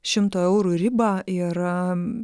šimto eurų ribą ir